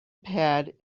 pad